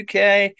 UK